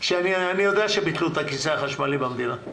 אני יודע שביטלו את הכיסא החשמלי במדינה.